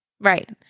right